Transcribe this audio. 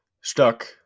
stuck